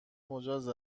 مجاز